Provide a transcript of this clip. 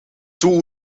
two